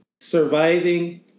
surviving